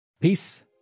Peace